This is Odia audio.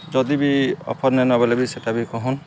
ଯଦି ବି ଅଫର୍ ନେନ ବେଲେ ବି ସେଟା ବି କହୁନ୍